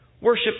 Worship